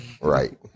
right